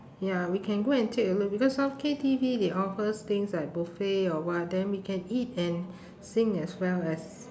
ya we can go and take a look because some K_T_V they offers things like buffet or what then we can eat and sing as well as